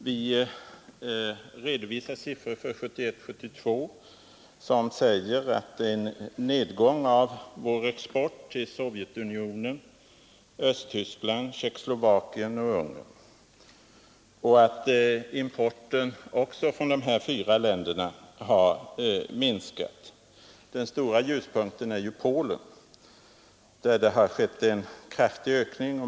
Vi redovisar siffror för 1971 och 1972 som visar en nedgång av vår export till Sovjetunionen, Östtyskland, Tjekoslovakien och Ungern. Importen från dessa fyra länder har också minskat. Den stora ljuspunkten är handeln med Polen, där det skett en kraftig ökning.